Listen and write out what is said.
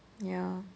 ya